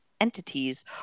entities